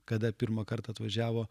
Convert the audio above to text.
kada pirmą kartą atvažiavo